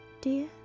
dear